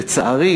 לצערי,